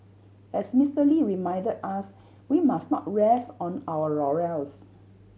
as Mister Lee reminded us we must not rest on our laurels